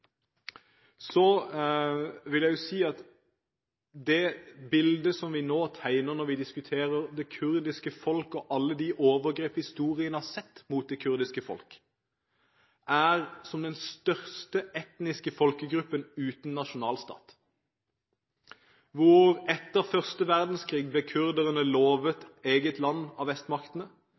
Så vil jeg også si at det bildet som vi nå tegner av det kurdiske folk når vi diskuterer dem og alle de overgrep historien har sett mot dem, er som den største etniske folkegruppen uten nasjonalstat. Etter første verdenskrig ble kurderne lovet eget land av vestmaktene,